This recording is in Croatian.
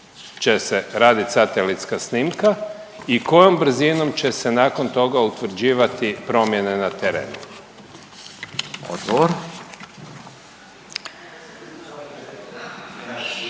će se radit satelitska snimka i kojom brzinom će se nakon toga utvrđivati promjene na terenu?